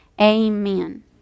amen